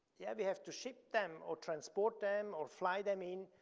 yeah, we have to ship them or transport them or fly them in,